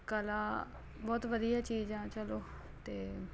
ਕਲਾ ਬਹੁਤ ਵਧੀਆ ਚੀਜ਼ ਆ ਚੱਲੋ ਅਤੇ